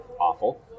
awful